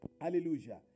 Hallelujah